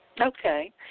okay